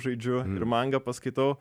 žaidžiu ir manga paskaitau